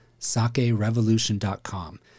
sakerevolution.com